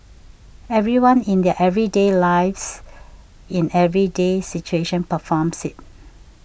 everyone in their everyday lives in everyday situation performs it